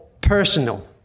personal